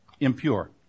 impure